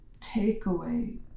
takeaway